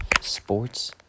Sports